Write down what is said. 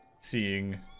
seeing